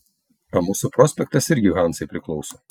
o mūsų prospektas irgi hanzai priklauso